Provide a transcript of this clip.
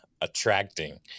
attracting